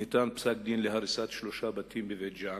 ניתן פסק-דין להריסת שלושה בתים בבית-ג'ן.